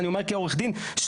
אני אומר כעורך דין,